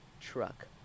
truck